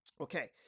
okay